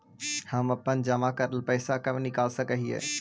हम अपन जमा करल पैसा कब निकाल सक हिय?